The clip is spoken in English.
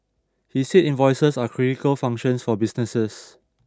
he said invoices are critical functions for businesses